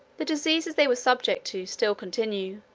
the diseases they were subject to still continue,